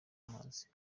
amazi